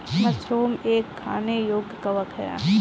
mushroom एक खाने योग्य कवक है